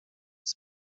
die